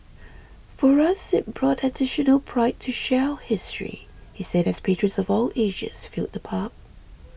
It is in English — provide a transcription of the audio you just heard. for us it brought additional pride to share our history he said as patrons of all ages filled the pub